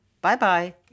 Bye-bye